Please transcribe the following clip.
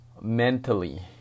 mentally